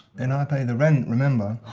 and i pay the rent, remember?